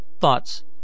thoughts